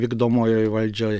vykdomojoj valdžioj